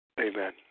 Amen